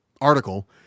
article